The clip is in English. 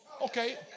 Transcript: Okay